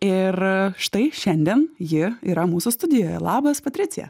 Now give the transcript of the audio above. ir štai šiandien ji yra mūsų studijoje labas patricija